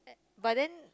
but then